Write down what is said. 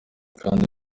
kandi